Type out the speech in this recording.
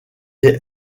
est